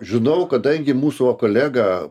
žinau kadangi mūsų kolega